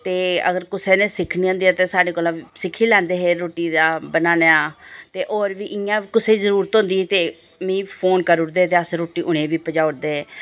ते अगर कुसै नै सिक्खनी होंदी ऐ ते साढ़े कोलां सिक्खी लैंदे हे रुट्टी बनाना ते होर बी इ'यां कुसै ई जरूरत होंदी ही ते मिगी फोन करी ओड़दे हे ते अस रुट्टी उ'नें ई बी पजाई ओड़दे हे